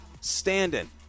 standing